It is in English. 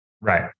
Right